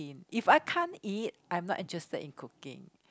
if I can't eat I'm not interested in cooking